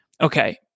Okay